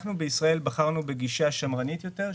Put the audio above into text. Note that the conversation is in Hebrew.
בישראל בחרנו בגישה שמרנית יותר,